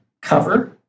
cover